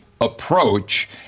approach